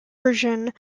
version